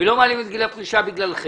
- ולא מעלים את גיל הפרישה בגללכם,